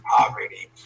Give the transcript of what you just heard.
poverty